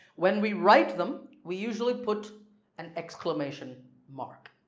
when we write them, we usually put an exclamation mark.